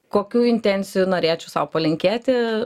kokių intencijų norėčiau sau palinkėti